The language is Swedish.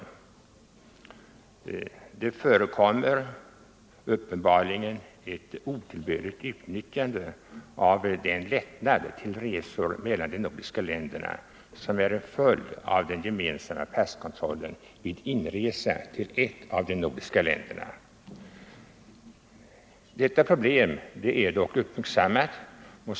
Uppenbarligen förekommer det ett otillbörligt utnyttjande av den lättnad vid resor mellan de nordiska länderna som är en följd av den gemensamma passkontrollen vid inresa till ett av de nordiska länderna. Detta problem har dock uppmärksammats.